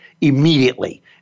immediately